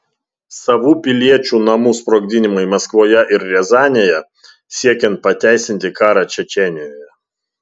savų piliečių namų sprogdinimai maskvoje ir riazanėje siekiant pateisinti karą čečėnijoje